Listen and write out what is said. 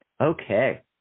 Okay